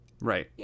Right